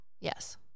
Yes